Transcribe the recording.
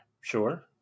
Sure